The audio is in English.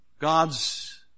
God's